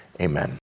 Amen